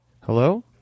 Hello